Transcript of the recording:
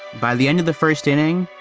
by the end of the first inning,